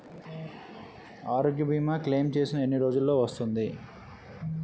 ఆరోగ్య భీమా క్లైమ్ చేసిన ఎన్ని రోజ్జులో వస్తుంది?